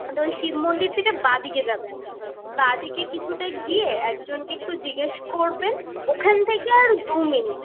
ওটা ওই শিব মন্দির থেকে বাঁদিকে যাবেন বাঁদিকে কিছুটা গিয়ে একজনকে একটু জিজ্ঞেস করবেন ওখান থেকে আর দু মিনিট